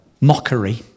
mockery